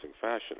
fashion